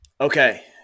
okay